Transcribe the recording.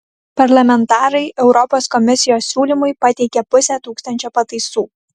parlamentarai europos komisijos siūlymui pateikė pusę tūkstančio pataisų